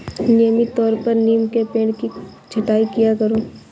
नियमित तौर पर नीम के पेड़ की छटाई किया करो